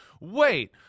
wait